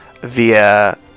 via